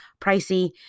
pricey